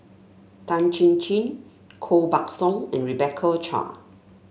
Tan Chin Chin Koh Buck Song and Rebecca Chua